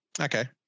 Okay